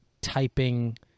typing